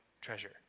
treasure